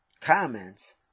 comments